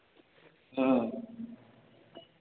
हँ